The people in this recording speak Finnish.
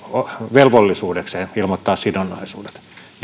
velvollisuudekseen ilmoittaa sidonnaisuudet